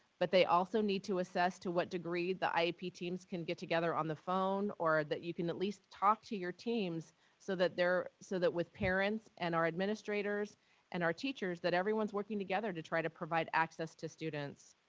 but they also need to assess to what degree the iep teams can get together on the phone or that you can at least talk to your teams so that they're, so that with parents and our administrators and our teachers, that everyone's working together to try to provide access to students.